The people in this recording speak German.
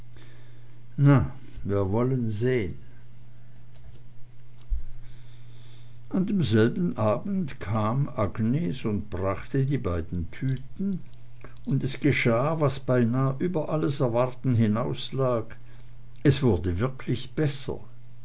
na wir wollen sehn an demselben abend kam agnes und brachte die beiden tüten und es geschah was beinah über alles erwarten hinaus lag es wurde wirklich besser